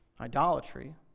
idolatry